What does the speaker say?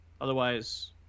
Otherwise